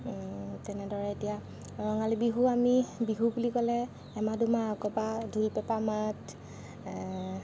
তেনেদৰে এতিয়া ৰঙালী বিহু আমি বিহু বুলি ক'লে এমাহ দুমাহ আগৰ পৰা ঢোল পেঁপাৰ মাত